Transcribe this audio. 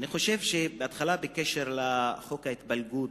בעניין חוק ההתפלגות,